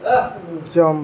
jump